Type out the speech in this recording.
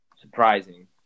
Surprising